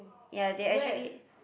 ya they actually